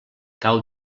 cau